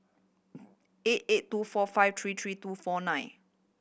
eight eight two four five three three two four nine